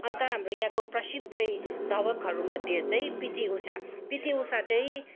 अन्त हाम्रो यहाँको प्रसिद्ध धावकहरूमध्ये चाहिँ पिटी उषा पिटी उषा चाहिँ